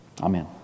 Amen